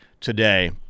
today